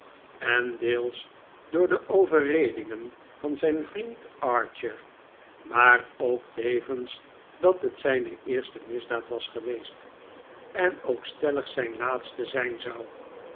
en deels door de overredingen van zijn vriend archer maar ook tevens dat het zijne eerste misdaadwas geweest en ook stellig zijne laatste zijn zou